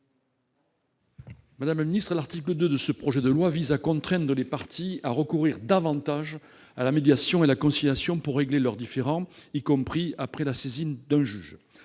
M. Raymond Vall. L'article 2 vise à contraindre les parties à recourir davantage à la médiation et à la conciliation pour régler leurs différends, y compris après la saisine d'un juge.